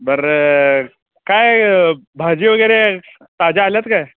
बरं काय भाजी वगैरे ताज्या आल्या आहेत काय